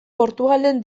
portugalen